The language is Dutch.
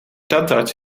tandarts